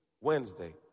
Wednesday